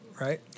Right